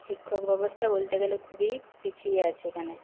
শিক্ষক ব্যবস্থা বলতে গেলে খুবই পিছিয়ে আছে এখানে